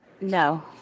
No